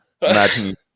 Imagine